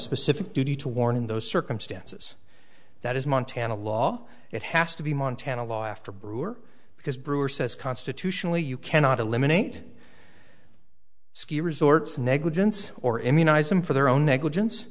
specific duty to warn in those circumstances that is montana law it has to be montana law after brewer because brewer says constitutionally you cannot eliminate ski resorts negligence or immunize them for their own negligence